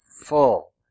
full